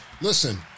listen